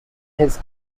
his